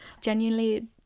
Genuinely